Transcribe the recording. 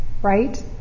Right